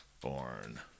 born